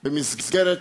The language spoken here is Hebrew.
במסגרת